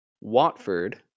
Watford